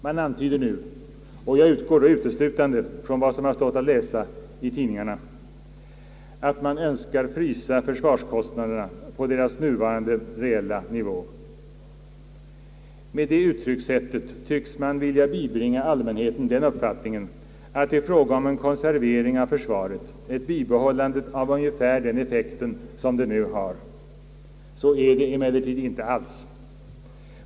Man antyder nu — och jag utgår då uteslutande ifrån vad som stått att läsa i tidningarna — att man önskar frysa försvarskostnaderna på deras nuvarande reella nivå. Med det uttryckssättet tycks man vilja bibringa allmänheten den uppfattningen, att det är fråga om en konservering av försvaret — ett bibehållande av ungefär den effekt som det nu har. Så är det emellertid inte alls.